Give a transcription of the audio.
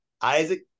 Isaac